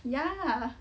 ya